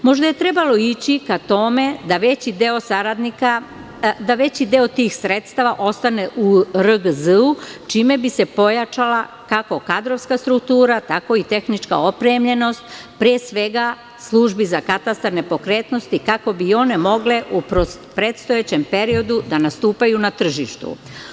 Možda je trebalo ići ka tome da veći deo tih sredstava ostane u RGZ čime bi se pojačala kako kadrovska struktura, tako i tehnička opremljenost, pre svega službi za katastar nepokretnosti, kako bi mogle u predstojećem periodu da nastupaju na tržištu.